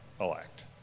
elect